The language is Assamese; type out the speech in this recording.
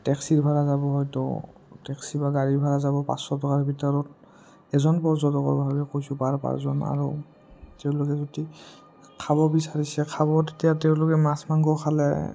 টেক্সিৰ ভাড়া যাব হয়তো টেক্সি বা গাড়ীৰ ভাড়া যাব পাঁচশ টকাৰ ভিতৰত এজন পৰ্যটকৰ বাবে কৈছোঁ পাৰ পাৰচন আৰু তেওঁলোকে যদি খাব বিচাৰিছে খাব তেতিয়া তেওঁলোকে মাছ মাংস খালে